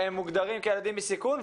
הם מוגדרים כילדים בסיכון,